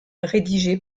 rédigée